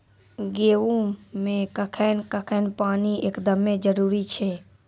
गेहूँ मे कखेन कखेन पानी एकदमें जरुरी छैय?